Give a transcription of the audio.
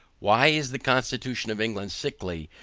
why is the constitution of england sickly,